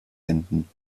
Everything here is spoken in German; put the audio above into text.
enden